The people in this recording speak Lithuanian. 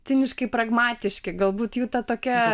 ciniškai pragmatiški galbūt jų ta tokia